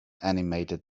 animated